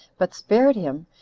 but spared him,